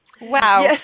Wow